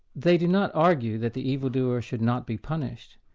they do not argue that the evil-doer should not be punished,